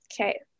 okay